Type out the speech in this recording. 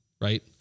right